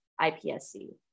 IPSC